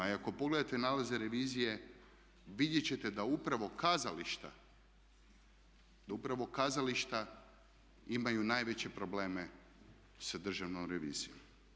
I ako pogledate nalaze revizije vidjeti ćete da upravo kazališta, da upravo kazališta imaju najveće probleme sa državnom revizijom.